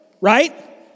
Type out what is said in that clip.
right